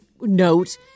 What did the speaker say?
note